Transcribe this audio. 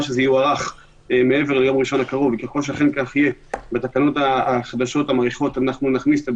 בעיניי היא חוות דעת שהיא חדה ומשמעותית יותר